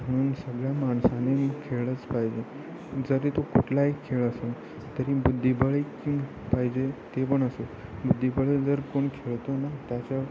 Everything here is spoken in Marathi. म्हणून सगळ्या माणसाने मी खेळलंच पाहिजे जरी तो कुठलाही खेळ असो तरी बुद्धिबळे की पाहिजे ते पण असो बुद्धिबळे जर कोण खेळतो ना त्याच्या